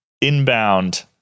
inbound